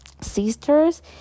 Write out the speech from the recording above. sisters